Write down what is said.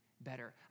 better